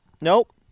Nope